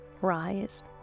rise